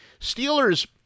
Steelers